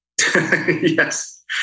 Yes